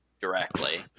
directly